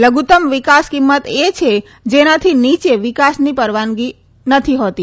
લધુત્તમ વિકાસ કિંમત એ છે જેનાથી નીચે વિકાસની પરવાનગી નથી હોતી